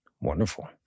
wonderful